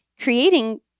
Creating